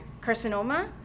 carcinoma